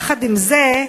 עם זה,